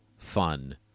fun